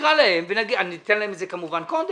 ניתן להם את זה כמובן קודם,